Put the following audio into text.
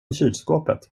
kylskåpet